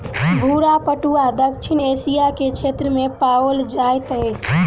भूरा पटुआ दक्षिण एशिया के क्षेत्र में पाओल जाइत अछि